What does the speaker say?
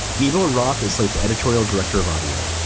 giebel roth is slate's editorial director of audio.